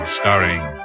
starring